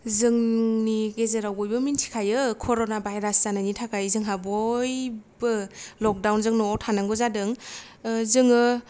जोंनि गेजेराव बयबो मिथिखायो करना भायरास जानायनि थाखाय जोंहा बयबो लकदाउनजों नआव थानांगौ जादों ओ जोङो